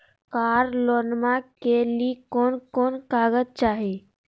कार लोनमा के लिय कौन कौन कागज चाही?